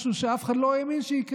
משהו שאף אחד לא האמין שיקרה,